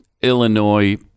Illinois